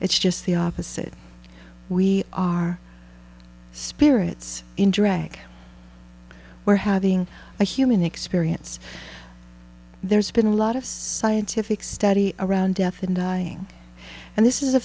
it's just the opposite we are spirits in drag or having a human experience there's been a lot of scientific study around death and dying and this is a